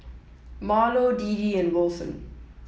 Marlo Deedee and Wilson